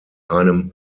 einem